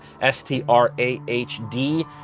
s-t-r-a-h-d